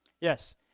Yes